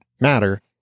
matter